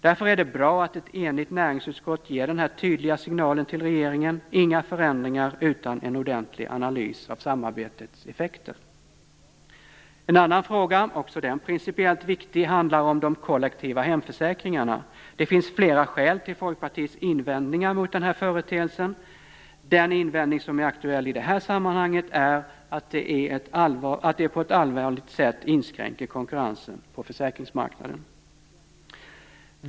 Därför är det bra att ett enigt näringsutskott ger den här tydliga signalen till regeringen: inga förändringar utan en ordentlig analys av samarbetets effekter! En annan fråga - också den principiellt viktig - handlar om de kollektiva hemförsäkringarna. Det finns flera skäl till Folkpartiets invändningar mot den här företeelsen. Den invändning som är aktuell i det här sammanhanget är att det på ett allvarligt sätt inskränker konkurrensen på försäkringsmarknaden.